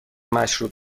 مشروب